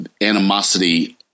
animosity